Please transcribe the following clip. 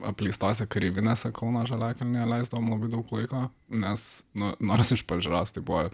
apleistose kareivinėse kauno žaliakalnyje leisdavom labai daug laiko nes na nors iš pažiūros tai buvo